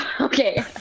Okay